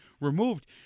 removed